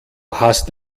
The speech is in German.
hast